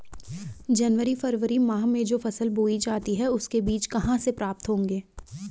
जनवरी फरवरी माह में जो फसल बोई जाती है उसके बीज कहाँ से प्राप्त होंगे?